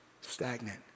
stagnant